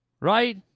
right